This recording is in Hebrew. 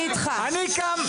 אני איתך, אני לגמרי איתך.